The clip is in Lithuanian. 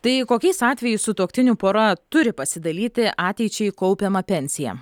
tai kokiais atvejais sutuoktinių pora turi pasidalyti ateičiai kaupiamą pensiją